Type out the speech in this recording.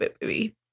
baby